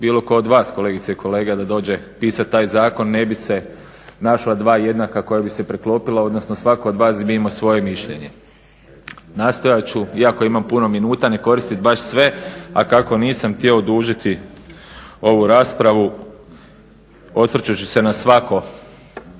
bilo tko od vas kolegice i kolege da dođe pisati taj zakon ne bi se našla dva jednaka koja bi se preklopila odnosno svatko od vas bi imao svoje mišljenje. Nastojat ću iako imam puno minuta ne koristiti baš sve, a kako nisam htio dužiti ovu raspravu osvrćući se na svako